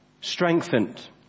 strengthened